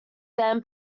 then